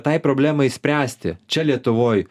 tai problemai spręsti čia lietuvoj